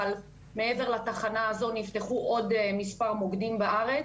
אבל מעבר לתחנה הזו נפתחו עוד מספר מוקדים בארץ.